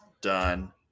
done